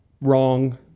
Wrong